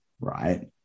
right